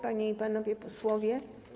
Panie i Panowie Posłowie!